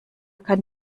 kann